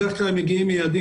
בדרך כלל הם מגיעים מאירופה,